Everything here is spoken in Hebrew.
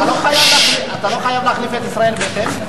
אתה לא חייב, אתה לא חייב להחליף את ישראל ביתנו.